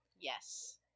Yes